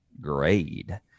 grade